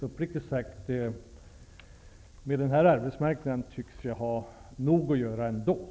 Uppriktigt sagt tycker jag att jag har nog att göra på grund av den arbetsmarknad vi har.